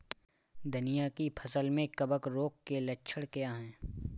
धनिया की फसल में कवक रोग के लक्षण क्या है?